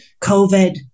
COVID